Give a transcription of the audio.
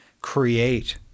create